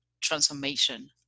transformation